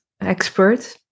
expert